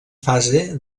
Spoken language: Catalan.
fase